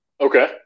Okay